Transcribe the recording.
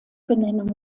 benennung